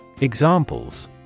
Examples